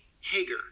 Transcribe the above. Hager